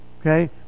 Okay